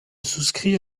souscris